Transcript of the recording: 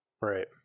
Right